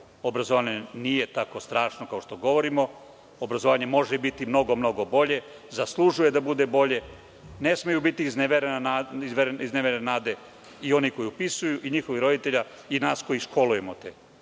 Obrazovanje nije tako strašno kao što govorimo. Obrazovanje može biti mnogo, mnogo bolje. Zaslužuje da bude bolje. Ne smeju biti izneverene nade i onih koji upisuju i roditelja i nas koji ih školujemo ali